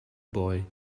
boy